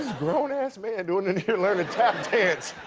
grown-ass man doing in here learning tap dance?